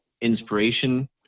inspiration